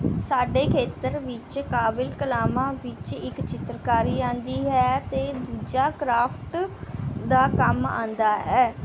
ਸਾਡੇ ਖੇਤਰ ਵਿੱਚ ਕਾਬਲ ਕਲਾਵਾਂ ਵਿੱਚ ਇੱਕ ਚਿੱਤਰਕਾਰੀ ਆਉਂਦੀ ਹੈ ਅਤੇ ਦੂਜਾ ਕ੍ਰਾਫਟ ਦਾ ਕੰਮ ਆਉਂਦਾ ਹੈ